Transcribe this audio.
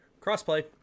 Crossplay